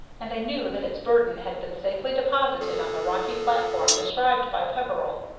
and they knew that its burden had been safely deposited on the rocky platform described by peveril.